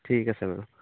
ঠিক আছে বাৰু